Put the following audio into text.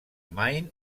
maine